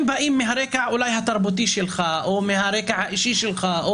אולי באים מהרקע התרבותי שלך או מהרקע האישי שלך,